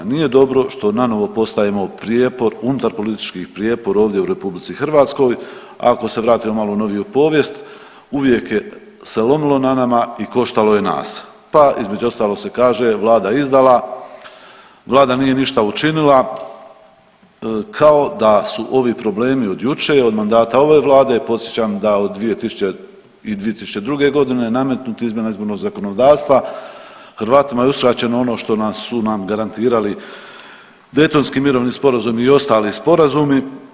Nije dobro što nanovo postajemo prijepor unutarpolitički prijepor ovdje u RH, ako se vratimo malo u noviju povijest, uvijek je se lomilo na nama i koštalo je nas, pa između ostalog se kaže, vlada izdala, vlada nije ništa učinila, kao da su ovi problemi od juče', od mandata ove Vlade, podsjećam da od 2002. g. nametnuti izmjena izbornog zakonodavstva, Hrvatima je uskraćeno ono što nas, su nam garantirali Dejtonskim mirovnim sporazum i ostali sporazumi.